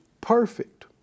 perfect